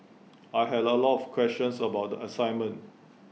I had A lot of questions about the assignment